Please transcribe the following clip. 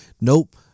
Nope